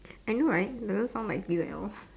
I know right doesn't sound like you at all